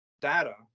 data